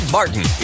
Martin